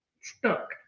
stuck